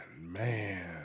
man